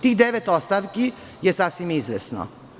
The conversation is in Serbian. Tih devet ostavki je sasvim izvesno.